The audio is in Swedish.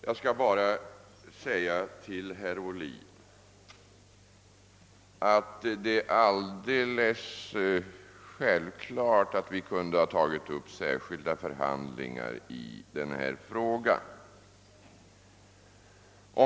Jag skall bara säga till herr Ohlin att det är alldeles självklart att vi kunde ha tagit upp särskilda förhandlingar i denna fråga.